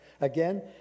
Again